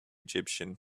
egyptian